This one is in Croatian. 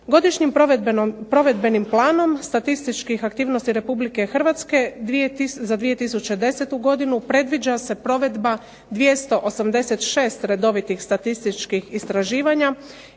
Godišnjim provedbenim planom statističkih aktivnosti RH za 2010. godinu predviđa se provedba 286 redovitih statističkih istraživanja